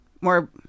more